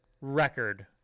record